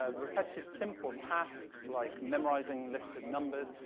ah repetitive simple tasks, like memorizing lists of numbers,